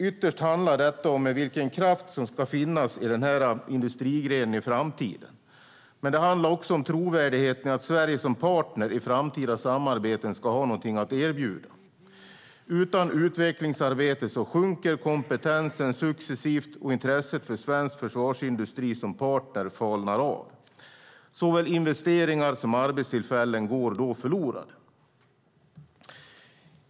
Ytterst handlar det om vilken kraft som ska finnas i denna industrigren i framtiden. Men det handlar också om trovärdigheten i att Sverige som partner i framtida samarbeten ska ha något att erbjuda. Utan utvecklingsarbete sjunker kompetensen successivt, och intresset för svensk försvarsindustri som partner falnar. Såväl investeringar som arbetstillfällen går då förlorade.